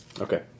Okay